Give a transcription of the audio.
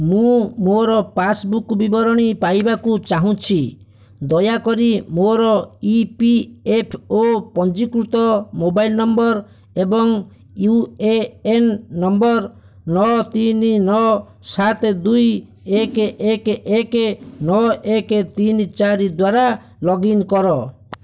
ମୁଁ ମୋର ପାସ୍ବୁକ୍ ବିବରଣୀ ପାଇବାକୁ ଚାହୁଁଛି ଦୟାକରି ମୋର ଇ ପି ଏଫ୍ ଓ ପଞ୍ଜୀକୃତ ମୋବାଇଲ୍ ନମ୍ବର୍ ଏବଂ ୟୁ ଏ ଏନ୍ ନମ୍ବର୍ ନଅ ତିନି ନଅ ସାତେ ଦୁଇ ଏକେ ଏକେ ଏକେ ନଅ ଏକେ ତିନି ଚାରି ଦ୍ଵାରା ଲଗ୍ଇନ୍ କର